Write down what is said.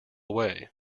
away